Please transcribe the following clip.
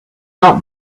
not